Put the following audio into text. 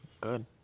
Good